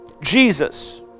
Jesus